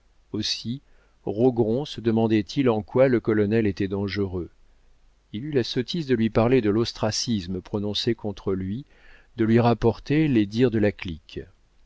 aussi rogron se demandait-il en quoi le colonel était dangereux il eut la sottise de lui parler de l'ostracisme prononcé contre lui de lui rapporter les dires de la clique